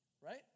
right